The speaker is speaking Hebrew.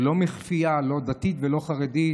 זה לא מכפייה, לא דתית ולא חרדית.